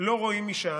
לא רואים משם,